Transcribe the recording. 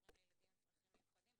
הורים לילדים עם צרכים מיוחדים.